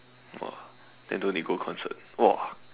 !wah! then don't need go concert !wah!